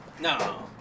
No